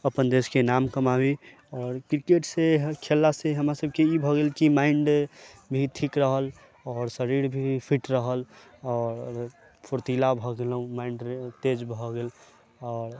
अपन देश के नाम कमाबी आओर क्रिकेट से खेलला से हमरा सबके ई भऽ गेल की माइंड भी ठीक रहल आओर शरीर भी फिट रहल आओर फुरतीला भऽ गेलहुॅं माइंड तेज भऽ गेल आओर